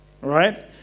right